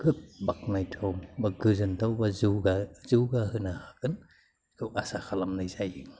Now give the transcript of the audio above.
खोब बाख्नायथाव बा गोजोनथाव बा जौगाहोनो हागोन बेखौ आसा खालामनाय जायो